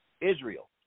Israel